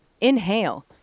inhale